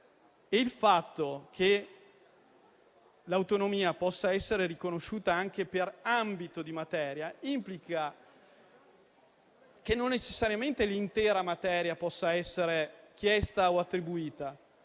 Il fatto che l'autonomia possa essere riconosciuta anche per ambito di materia non implica necessariamente che l'intera materia possa essere chiesta o attribuita,